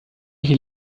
ich